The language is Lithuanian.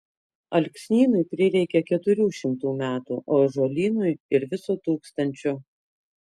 alksnynui prireikia keturių šimtų metų o ąžuolynui ir viso tūkstančio